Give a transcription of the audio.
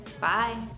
Bye